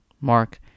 Mark